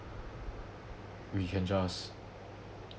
we can just